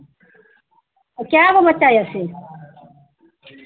कए गो बच्चा यए से